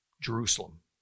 Jerusalem